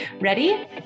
Ready